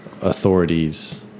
authorities